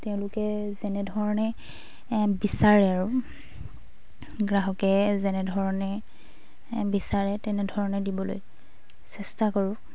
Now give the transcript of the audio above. তেওঁলোকে যেনেধৰণে বিচাৰে আৰু গ্ৰাহকে যেনেধৰণে বিচাৰে তেনেধৰণে দিবলৈ চেষ্টা কৰোঁ